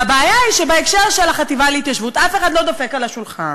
והבעיה היא שבהקשר של החטיבה להתיישבות אף אחד לא דופק על השולחן,